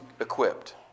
equipped